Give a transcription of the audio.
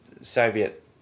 Soviet